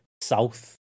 south